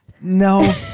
No